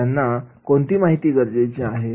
त्यांना कोणती माहिती गरजेची आहे